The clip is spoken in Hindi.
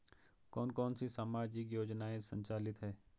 कौन कौनसी सामाजिक योजनाएँ संचालित है?